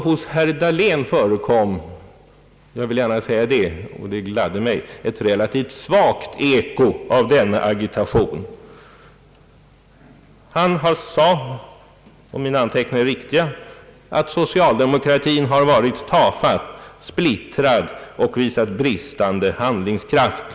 Hos herr Dahlén förekom — jag vill gärna säga det, och det gladde mig — ett relativt svagt eko av denna agitation, Han sade, om mina anteckningar är riktiga, att socialdemokratin har varit tafatt, splittrad och visat bristande handlingskraft.